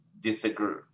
disagree